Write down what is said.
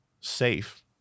safe